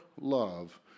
love